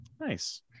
nice